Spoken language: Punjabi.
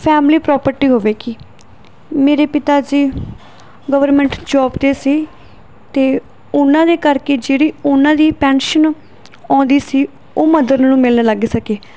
ਫੈਮਲੀ ਪ੍ਰੋਪਰਟੀ ਹੋਵੇਗੀ ਮੇਰੇ ਪਿਤਾ ਜੀ ਗਵਰਮੈਂਟ ਜੋਬ 'ਤੇ ਸੀ ਅਤੇ ਉਹਨਾਂ ਦੇ ਕਰਕੇ ਜਿਹੜੀ ਉਹਨਾਂ ਦੀ ਪੈਨਸ਼ਨ ਆਉਂਦੀ ਸੀ ਉਹ ਮਦਰ ਨੂੰ ਮਿਲਣ ਲੱਗ ਸਕੇ